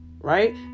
right